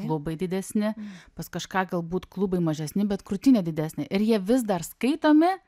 klubai didesni pas kažką galbūt klubai mažesni bet krūtinė didesnė ir jie vis dar skaitomi